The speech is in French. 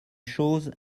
chose